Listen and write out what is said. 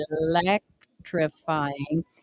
electrifying